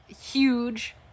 huge